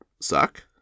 suck